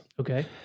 Okay